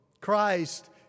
Christ